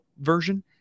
version